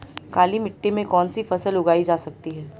काली मिट्टी में कौनसी फसल उगाई जा सकती है?